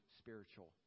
spiritual